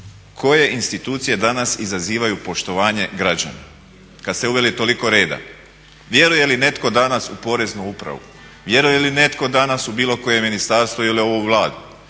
koje institucije danas izazivaju poštovanje građana kada ste uveli toliko reda? Vjeruje li netko danas u poreznu upravu? Vjeruje li netko danas u bilo koje ministarstvo ili ovu Vladu?